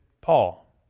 Paul